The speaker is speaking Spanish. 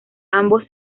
ambos